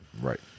Right